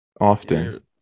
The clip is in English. Often